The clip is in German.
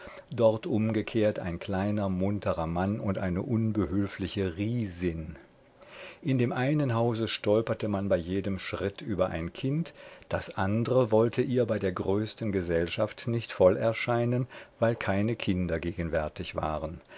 dort umgekehrt ein kleiner munterer mann und eine unbehülfliche riesin in dem einen hause stolperte man bei jedem schritt über ein kind das andre wollte ihr bei der größten gesellschaft nicht voll erscheinen weil keine kinder gegenwärtig waren